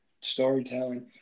storytelling